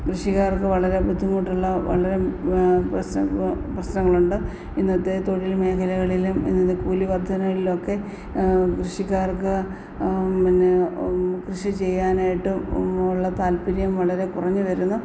കൃഷികാർക്ക് വളരെ ബുദ്ധിമുട്ടുള്ള വളരെ പ്രശ്ന പ്രശ്നങ്ങൾ ഉണ്ട് ഇന്നത്തെ തൊഴിൽമേഖലകളില് ഇന്നത്തെ കൂലിവർധനകളിലൊക്കെ കൃഷിക്കാർക്ക് പിന്നെ കൃഷി ചെയ്യാനായിട്ട് ഉള്ള താൽപ്പര്യം വളരെ കുറഞ്ഞ് വരുന്നു